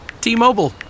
T-Mobile